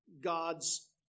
God's